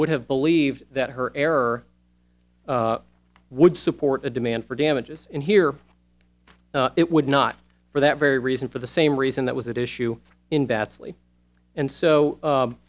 would have believed that her error would support a demand for damages and here it would not for that very reason for the same reason that was that issue in that sleep and so